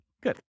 Good